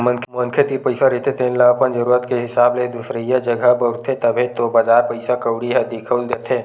मनखे तीर पइसा रहिथे तेन ल अपन जरुरत के हिसाब ले दुसरइया जघा बउरथे, तभे तो बजार पइसा कउड़ी ह दिखउल देथे